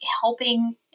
helping